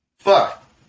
Fuck